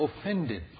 offended